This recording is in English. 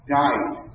died